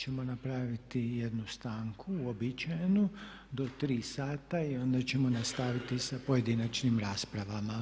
ćemo napraviti jednu stanku, uobičajenu do 3 sata i onda ćemo nastaviti sa pojedinačnim raspravama.